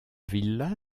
villa